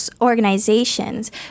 organizations